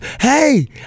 Hey